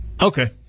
Okay